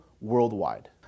worldwide